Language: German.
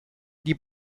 die